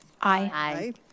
Aye